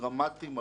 דרמטי מהותי.